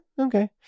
okay